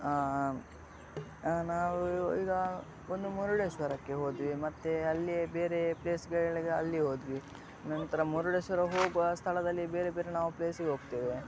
ನಾವು ಈಗ ಒಂದು ಮುರುಡೇಶ್ವರಕ್ಕೆ ಹೋದ್ವಿ ಮತ್ತೆ ಅಲ್ಲಿ ಬೇರೆ ಪ್ಲೇಸ್ಗಳಿಗೆ ಅಲ್ಲಿ ಹೋದ್ವಿ ನಂತರ ಮುರುಡೇಶ್ವರ ಹೋಗುವ ಸ್ಥಳದಲ್ಲಿ ಬೇರೆ ಬೇರೆ ನಾವು ಪ್ಲೇಸಿಗೆ ಹೋಗ್ತೇವೆ